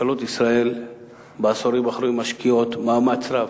ממשלות ישראל בעשורים האחרונים משקיעות מאמץ רב,